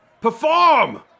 Perform